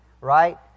right